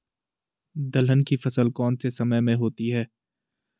दलहन की फसल कौन से समय में होती है?